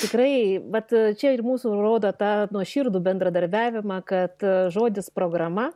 tikrai vat čia ir mūsų rodo tą nuoširdų bendradarbiavimą kad žodis programa